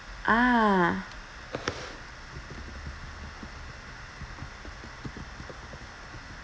ah